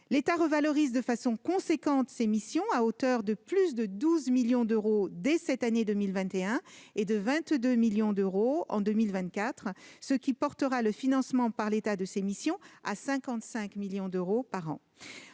L'État revalorise substantiellement ses missions à hauteur de plus de 12 millions d'euros dès cette année 2021 et de 22 millions d'euros en 2024, ce qui portera le financement par l'État de ses missions à 55 millions d'euros par an.